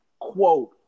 quote